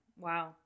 Wow